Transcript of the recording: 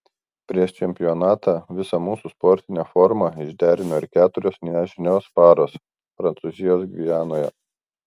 prieš čempionatą visą mūsų sportinę formą išderino ir keturios nežinios paros prancūzijos gvianoje